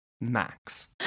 max